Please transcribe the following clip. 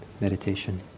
meditation